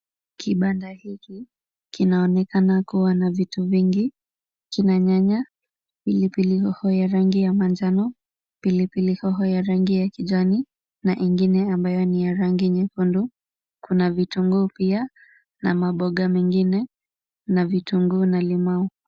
Kibanda hiki kinaonekana kuwa na vitu vingi. Kina nyanya, pilipili hoho ya rangi ya manjano, pilipili hoho ya rangi ya kijani na ingine ambayo ni ya rangi nyekundu. Kuna vitunguu pia na maboga mengine na vitunguu na limau.